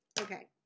Okay